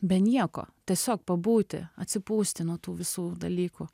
be nieko tiesiog pabūti atsipūsti nuo tų visų dalykų